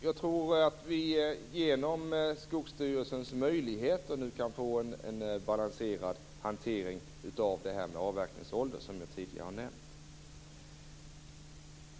Jag tror att vi genom Skogsstyrelsens möjligheter nu kan få en balanserad hantering av detta med avverkningsålder, som jag tidigare har nämnt.